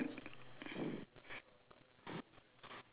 there's a bees around him jumping no